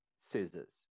scissors